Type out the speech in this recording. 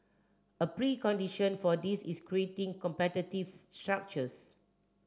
a precondition for this is creating competitive structures